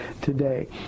today